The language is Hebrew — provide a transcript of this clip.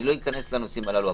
אני לא אכנס לנושאים הללו.